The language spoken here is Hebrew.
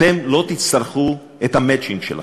אתם לא תצטרכו לתת את המצ'ינג שלכם,